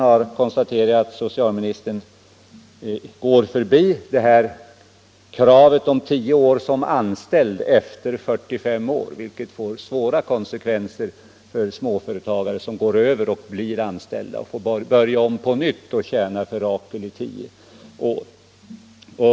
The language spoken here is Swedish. Jag konstaterar sedan att socialministern går förbi kravet på tio år som anställd efter 45 års ålder, vilket får svåra konsekvenser för de småföretagare som går över till anställning och då måste börja om på nytt och tjäna för Rakel, t.o.m. i tio år.